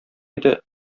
иде